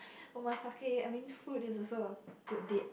omakase I mean food is also a good date